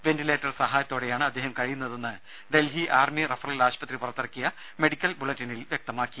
ventilator സഹായത്തോടെയാണ് അദ്ദേഹം കഴിയുന്നതെന്ന് ഡൽഹി ആർമി റഫറൽ ആശുപത്രി പുറത്തിറക്കിയ മെഡിക്കൽ ബുള്ളറ്റിനിൽ വ്യക്തമാക്കി